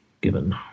given